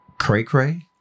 cray-cray